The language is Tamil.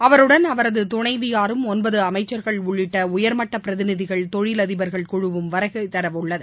அவருடன் அவரது துணைவியாரும் ஒன்பது அமைச்சர்கள் உள்ளிட்ட உயர்மட்ட பிரதிநிதிகள் தொழிலதிபர்கள் குழுவும் வருகை தர உள்ளது